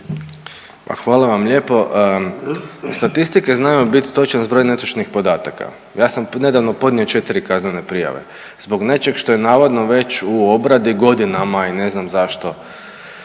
Hvala vam lijepo. Statistike znaju bit točan zbroj netočnih podataka. Ja sam nedavno podnio četiri kaznene prijave zbog nečeg što je navodno već u obradi godinama i ne znam zašto